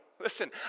Listen